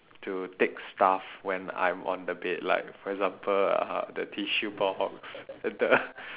to take stuff when I'm on the bed like for example uh the tissue box and the